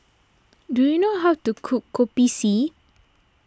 do you know how to cook Kopi C